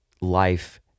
life